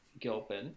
Gilpin